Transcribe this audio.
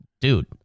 dude